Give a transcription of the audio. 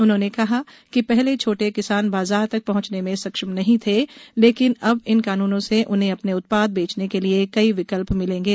उन्होंने कहा कि पहले छोटे किसान बाजार तक पहंचने में सक्षम नहीं थे लेकिन अब इन कानूनों से उन्हें अपने उत्पाद बेचने के लिए कई विकल्प मिलेंगे